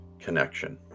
connection